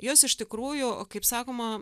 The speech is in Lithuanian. jos iš tikrųjų kaip sakoma